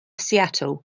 seattle